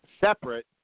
separate